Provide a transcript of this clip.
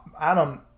Adam